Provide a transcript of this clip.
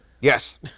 Yes